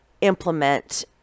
implement